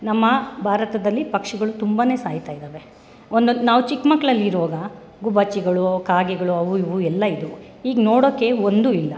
ನಮ್ಮ ಭಾರತದಲ್ಲಿ ಪಕ್ಷಿಗಳು ತುಂಬನೇ ಸಾಯ್ತಾಯಿದ್ದಾವೆ ಒಂದು ಹೊತ್ತು ನಾವು ಚಿಕ್ಕ ಮಕ್ಕಳು ಇರೋವಾಗ ಗುಬ್ಬಚ್ಚಿಗಳು ಕಾಗೆಗಳು ಅವು ಇವು ಎಲ್ಲ ಇದ್ದವು ಈಗ ನೋಡೋಕೆ ಒಂದೂ ಇಲ್ಲ